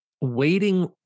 Waiting